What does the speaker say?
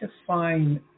define